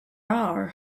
are